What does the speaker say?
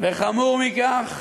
וחמור מכך,